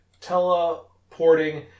teleporting